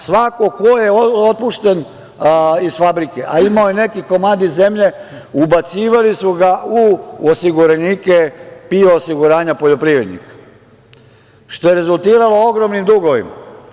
Svako ko je otpušten iz fabrike, a imao je neki komadić zemlje, ubacivali su ga u osiguranike PIO osiguranja poljoprivrednika, što je rezultiralo ogromnim dugovima.